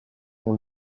ont